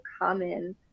common